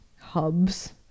hubs